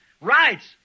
rights